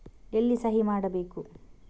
ಎಲ್ಲಿ ಸಹಿ ಮಾಡಬೇಕು?